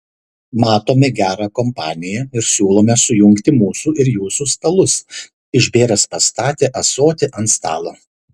matome gerą kompaniją ir siūlome sujungti mūsų ir jūsų stalus išbėręs pastatė ąsotį ant stalo